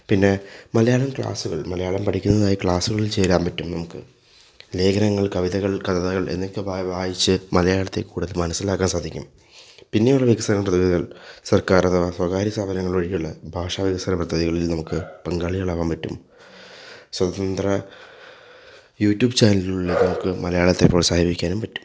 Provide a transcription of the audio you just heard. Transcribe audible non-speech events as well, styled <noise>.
പിന്നെ മലയാളം ക്ലാസുകൾ മലയാളം പഠിക്കുന്നതായി ക്ലാസുകളിൽ ചേരാൻ പറ്റും നമുക്ക് ലേഖനങ്ങൾ കവിതകൾ കഥകൾ എന്നൊക്കെ വായിച്ച് മലയാളത്തെ കൂടുതൽ മനസ്സിലാക്കാൻ സാധിക്കും പിന്നെയുള്ള <unintelligible> പ്രതിവിധികൾ സർക്കാർ <unintelligible> സ്വകാര്യസ്ഥാപനങ്ങൾ വഴിയുള്ള ഭാഷാ വികസന പദ്ധതികളിൽ നമുക്ക് പങ്കാളികളാവാൻ പറ്റും സ്വതന്ത്ര യൂട്യൂബ് ചാനലിലൂടെ നമുക്ക് മലയാളത്തെ പ്രോത്സാഹിപ്പിക്കാനും പറ്റും